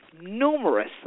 numerous